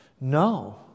No